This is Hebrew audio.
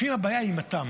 לפעמים הבעיה היא עם התם,